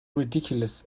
ridiculous